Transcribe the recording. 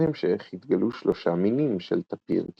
בהמשך התגלו שלושה מינים של טפיר כיס.